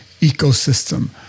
ecosystem